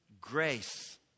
grace